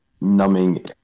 numbing